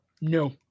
No